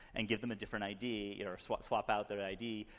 and give them a different id, or swap swap out their id.